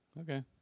Okay